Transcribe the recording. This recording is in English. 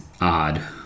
odd